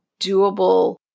doable